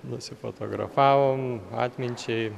nusifotografavom atminčiai